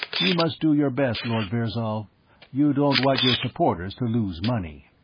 you must do your best, lord virzal you don't want your supporters to lose money.